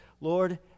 Lord